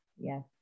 yes